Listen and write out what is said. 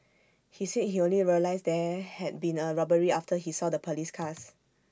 he said he only realised there had been A robbery after he saw the Police cars